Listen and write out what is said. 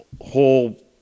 whole